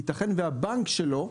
יתכן והבנק שלו,